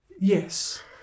Yes